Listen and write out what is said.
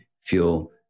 feel